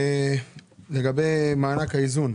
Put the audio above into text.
לגבי מענק האיזון,